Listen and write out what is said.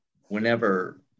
whenever